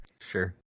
sure